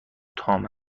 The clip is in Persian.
تام